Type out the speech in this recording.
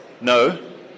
no